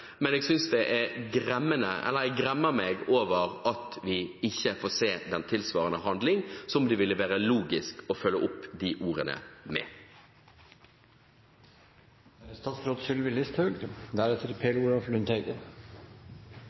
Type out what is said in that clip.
men jeg gremmer meg over at vi ikke får se den tilsvarende handlingen som det ville være logisk å følge opp de ordene med.